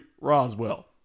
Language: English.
Roswell